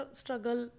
struggle